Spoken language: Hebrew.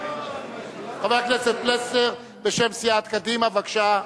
חבר הכנסת פלסנר, בשם סיעת קדימה, בבקשה.